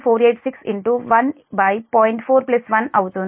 41అవుతుంది